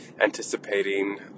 anticipating